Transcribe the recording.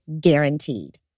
guaranteed